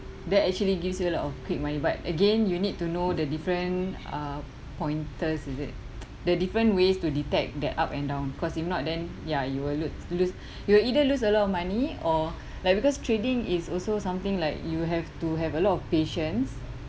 that actually gives you a lot of quick money but again you need to know the different uh pointers is it the different ways to detect that up and down because if not then ya you will lose lose you will either lose a lot of money or like because trading is also something like you have to have a lot of patience